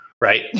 right